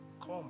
come